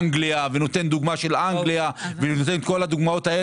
ונותן דוגמה של אנגליה וממשרד הבריאות